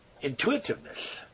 intuitiveness